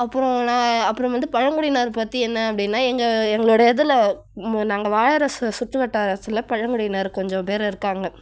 அப்புறம் நான் அப்புறம் வந்து பழங்குடியினர் பற்றி என்ன அப்படின்னா எங்கள் எங்களுடைய இதில் நாங்கள் வாழற சுற்றுவட்டார சில பழங்குடியினர் கொஞ்சம் பேர் இருக்காங்க